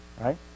right